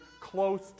close